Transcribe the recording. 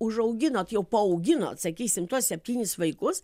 užauginot jau paauginot sakysim tuos septynis vaikus